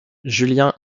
julien